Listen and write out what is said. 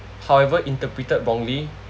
however interpreted wrongly